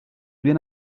bien